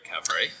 recovery